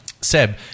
Seb